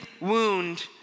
wound